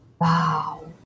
Wow